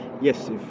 Yes